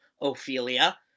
Ophelia